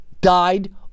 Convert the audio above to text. Died